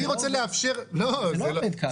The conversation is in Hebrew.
אני רוצה לאפשר --- זה לא עובד ככה.